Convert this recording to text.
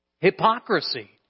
hypocrisy